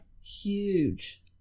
Huge